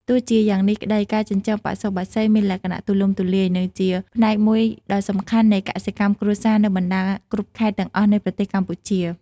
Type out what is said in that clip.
ទោះជាយ៉ាងនេះក្តី ការចិញ្ចឹមបសុបក្សីមានលក្ខណៈទូលំទូលាយ និងជាផ្នែកមួយដ៏សំខាន់នៃកសិកម្មគ្រួសារនៅបណ្តាគ្រប់ខេត្តទាំងអស់នៃប្រទេសកម្ពុជា។